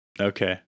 Okay